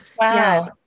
Wow